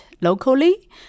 locally